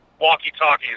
walkie-talkies